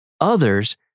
others